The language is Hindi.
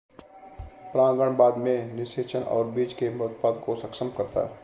परागण बाद में निषेचन और बीज के उत्पादन को सक्षम करता है